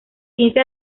quince